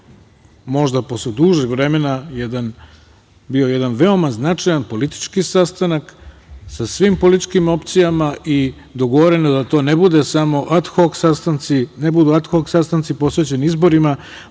možda, posle dužeg vremena, bio jedan veoma značajan politički sastanak, sa svim političkim opcijama. Dogovoreno je da to ne budu samo ad hok sastanci posvećeni izborima,